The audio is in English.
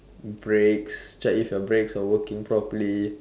brakes check if your brakes are working properly